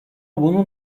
bunun